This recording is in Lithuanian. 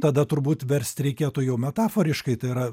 tada turbūt versti reikėtų jau metaforiškai tai yra